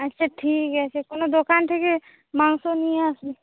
আচ্ছা ঠিক আছে কোনও দোকান থেকে মাংস নিয়ে আসবি